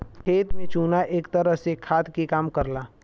खेत में चुना एक तरह से खाद के काम करला